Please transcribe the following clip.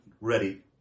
ready